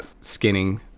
Skinning